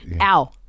Ow